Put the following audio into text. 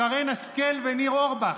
שרן השכל וניר אורבך,